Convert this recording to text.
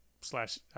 slash